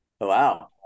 Wow